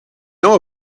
know